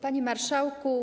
Panie Marszałku!